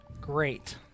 Great